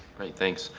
alright, thanks,